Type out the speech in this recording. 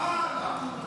מה הלאה?